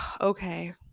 okay